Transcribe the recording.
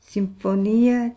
Sinfonia